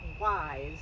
wise